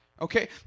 Okay